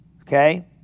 Okay